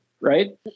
Right